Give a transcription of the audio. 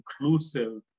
inclusive